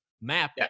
map